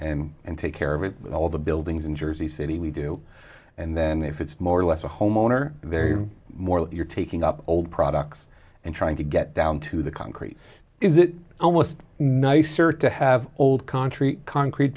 and and take care of it all the buildings in jersey city we do and then if it's more or less a homeowner they're more like you're taking up old products and trying to get down to the concrete is it almost nicer to have old contrie concrete